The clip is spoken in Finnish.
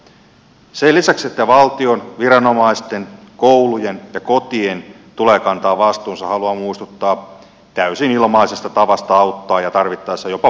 sen lisäksi että valtion viranomaisten koulujen ja kotien tulee kantaa vastuunsa haluan muistuttaa täysin ilmaisesta tavasta auttaa ja tarvittaessa jopa puuttua asioihin